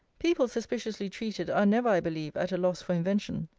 people suspiciously treated are never i believe at a loss for invention.